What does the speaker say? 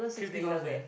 fifty dollars eh